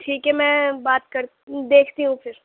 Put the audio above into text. ٹھیک ہے میں بات کر دیکھتی ہوں پھر